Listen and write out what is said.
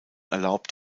erlaubt